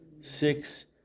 six